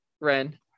Ren